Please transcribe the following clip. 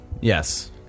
Yes